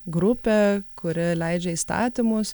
grupė kuri leidžia įstatymus